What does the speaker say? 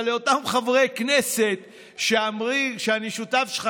אבל לאותם חברי כנסת שאומרים שאני שותף שלך,